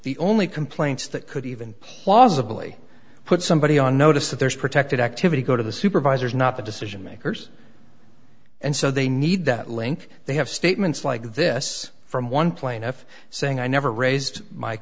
the only complaints that could even plausibly put somebody on notice that there is protected activity go to the supervisors not the decision makers and so they need that link they have statements like this from one plaintiff saying i never raised my